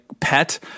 pet